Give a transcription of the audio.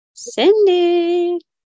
Cindy